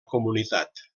comunitat